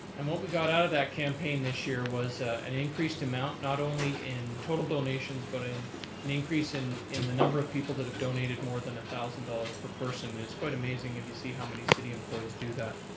and what we got out of that campaign this year was an increased amount, not only in total donations but in an increase in in the number of people that have donated more than a thousand dollars per person. it's quite amazing if you see how many city employees do that.